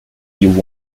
you